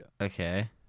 okay